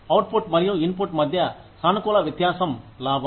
output మరియు input మధ్య సానుకూల వ్యత్యాసం లాభం